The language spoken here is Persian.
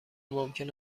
ممکن